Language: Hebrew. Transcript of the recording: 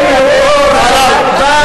תמיכה מדינית,